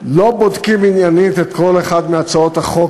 לא בודקות עניינית כל אחת מהצעות החוק